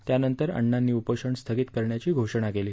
त्यानंतर अण्णांनी उपोषण स्थगित करण्याचा घोषणा केली